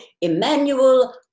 Emmanuel